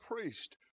priest